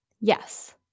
Yes